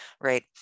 Right